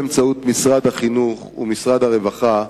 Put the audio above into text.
באמצעות משרד החינוך ומשרד הרווחה,